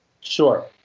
Sure